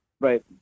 Right